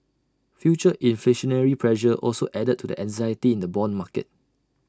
future inflationary pressure also added to the anxiety in the Bond market